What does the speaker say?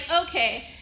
okay